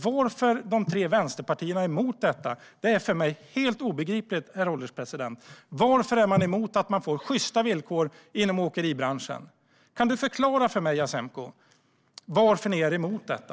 Varför de tre vänsterpartierna är emot detta är för mig helt obegripligt, herr ålderspresident. Varför är man emot sjysta villkor inom åkeribranschen? Kan du förklara för mig, Jasenko, varför ni är emot detta?